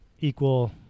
equal